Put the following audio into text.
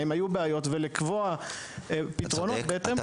האם היו בעיות ולקבוע פתרונות בהתאם לכך.